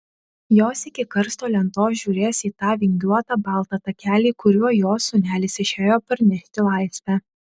jos iki karsto lentos žiūrės į tą vingiuotą baltą takelį kuriuo jos sūnelis išėjo parnešti laisvę